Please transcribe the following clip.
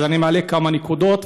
אז אני מעלה כמה נקודות,